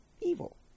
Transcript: evil